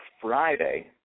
Friday